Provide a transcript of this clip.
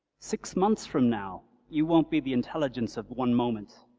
six months from now you won't be the intelligence of one moment,